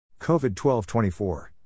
COVID-12-24